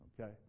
Okay